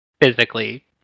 physically